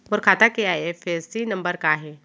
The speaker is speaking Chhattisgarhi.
मोर खाता के आई.एफ.एस.सी नम्बर का हे?